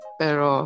pero